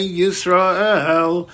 Yisrael